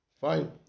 Fine